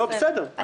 לא, בסדר.